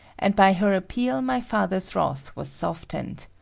and by her appeal my father's wrath was softened.